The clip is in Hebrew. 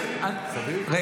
--- 700?